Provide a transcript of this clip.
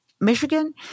Michigan